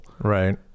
right